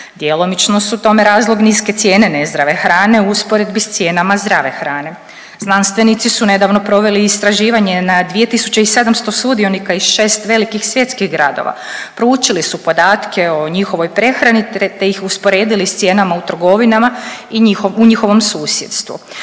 djelomično su tome razlog niske cijene nezdrave hrane u usporedbi s cijenama zdrave hrane. Znanstvenici su nedavno proveli istraživanje na 2700 sudionika iz 6 velikih svjetskih gradova, proučili su podatke o njihovoj prehrani, te ih usporedili s cijenama u trgovinama u njihovom susjedstvu.